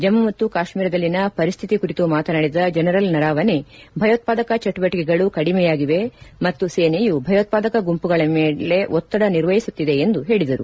ಜಮ್ಮು ಮತ್ತು ಕಾಶ್ಚೀರದಲ್ಲಿನ ಪರಿಸ್ಥಿತಿ ಕುರಿತು ಮಾತನಾಡಿದ ಜನರಲ್ ನರಾವನೆ ಭಯೋತ್ವಾದಕ ಚಟುವಟಿಕೆಗಳು ಕಡಿಮೆಯಾಗಿವೆ ಮತ್ತು ಸೇನೆಯು ಭಯೋತ್ಪಾದಕ ಗುಂಪುಗಳ ಮೇಲೆ ಒತ್ತಡ ನಿರ್ವಹಿಸುತ್ತಿದೆ ಎಂದು ಹೇಳಿದರು